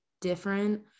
different